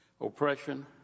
oppression